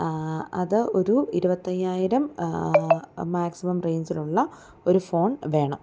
അത് ഒരു ഇരുപത്തയ്യായിരം മാക്സിമം റേഞ്ചിലുള്ള ഒരു ഫോൺ വേണം